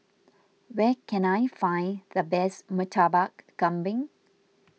where can I find the best Murtabak Kambing